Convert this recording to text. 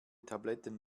tabletten